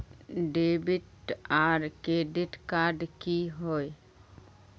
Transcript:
Debit आर credit card की होय?